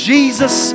Jesus